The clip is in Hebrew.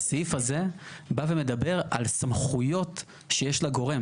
הסעיף זה בא ומדבר על סמכויות שיש לגורם.